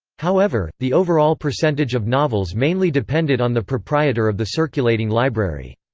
however, the overall percentage of novels mainly depended on the proprietor of the circulating library.